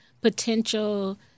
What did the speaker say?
potential